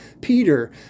Peter